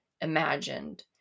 imagined